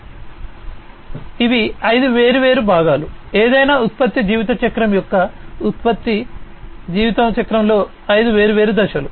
కాబట్టి ఇవి ఐదు వేర్వేరు భాగాలు ఏదైనా ఉత్పత్తి జీవితచక్రం యొక్క ఉత్పత్తి జీవితచక్రంలో ఐదు వేర్వేరు దశలు